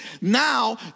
now